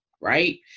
right